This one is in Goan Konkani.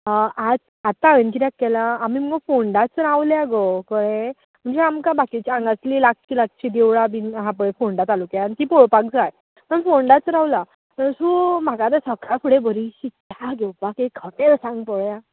आज आतां हांवें कित्याक केला आमी मुगो फोंडाच रावल्या गो कयें म्हणजे आमकां बाकिच्या हांगासली लागचीं लागचीं देवळां बीन आसा पळय फोंडा तालुक्यान तीं पळोपाक जाय सो आमी फोंडाच रावला सो म्हाका आतां सकाळ फुडें बरीशी चा घेवपाक एक हॉटॅल सांग पळोया